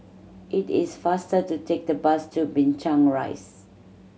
it is faster to take the bus to Binchang Rise